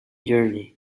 journey